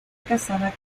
casada